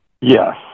Yes